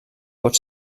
pot